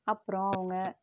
அப்புறோம் அவங்க